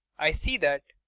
i see that.